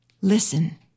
Listen